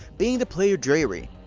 being the player dreyri.